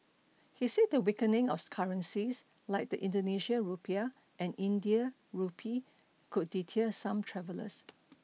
he said the weakening of currencies like the Indonesian rupiah and Indian rupee could deter some travellers